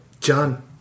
John